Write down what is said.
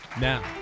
Now